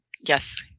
Yes